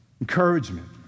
encouragement